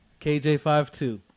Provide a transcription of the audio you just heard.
KJ52